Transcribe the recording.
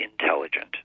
intelligent